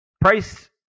price